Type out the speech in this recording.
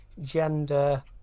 gender